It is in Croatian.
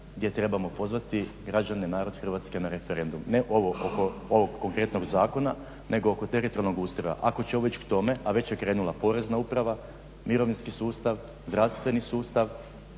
gdje trebamo pozvati građane, narod Hrvatske na referendum, ne oko ovog konkretnog zakona nego oko teritorijalnog ustroja. Ako ćemo već o tome, a već je krenula Porezna uprava, mirovinski sustav, zdravstveni sustav,